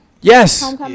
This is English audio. yes